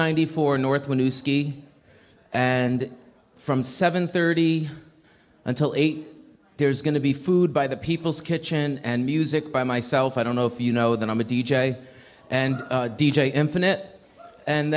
ninety four north when you ski and from seven thirty until eight there's going to be food by the people's kitchen and music by myself i don't know if you know that i'm a d j and d j infinit and